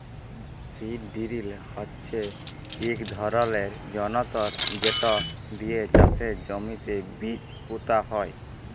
seed drill হচ্যে ইক ধরলের যনতর যেট দিয়ে চাষের জমিতে বীজ পুঁতা হয়